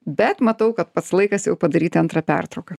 bet matau kad pats laikas jau padaryti antrą pertrauką